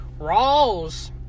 Rawls